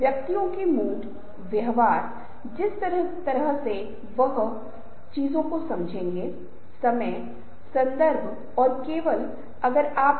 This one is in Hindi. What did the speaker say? उदाहरण के लिए जैसा कि यह औपचारिक समूह सलाहकार समूह रचनात्मक समूह सहायता समूह नेटवर्किंग समूह वगैरह का उल्लेख है